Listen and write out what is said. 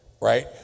Right